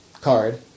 card